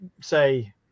say